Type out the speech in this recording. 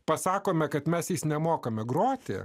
pasakome kad mes nemokame groti